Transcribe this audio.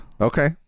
Okay